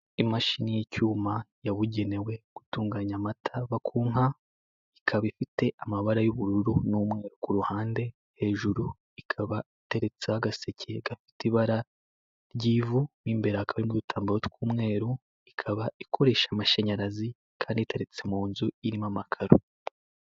Imashini y'icyuma yabugenewe gutunganya amata ava ku nka: ikaba ifite amabara y'ubururu n'umweru ku ruhande, hejuru ikaba iteretseho agaseke gafite ibara ry'ivu mo imbere hakaba harimo udatambaro tw'umweru, ikaba ikoresha amashanyarazi kandi iteretse mu nzu irimo amakaro.